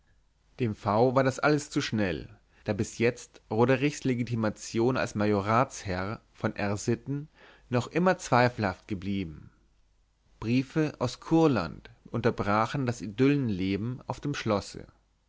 dem v war das alles zu schnell da bis jetzt roderichs legitimation als majoratsherr von r sitten noch immer zweifelhaft geblieben briefe aus kurland unterbrachen das idyllenleben auf dem schlosse